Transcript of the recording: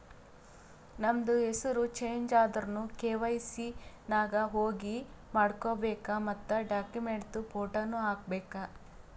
ನಮ್ದು ಹೆಸುರ್ ಚೇಂಜ್ ಆದುರ್ನು ಕೆ.ವೈ.ಸಿ ನಾಗ್ ಹೋಗಿ ಮಾಡ್ಕೋಬೇಕ್ ಮತ್ ಡಾಕ್ಯುಮೆಂಟ್ದು ಫೋಟೋನು ಹಾಕಬೇಕ್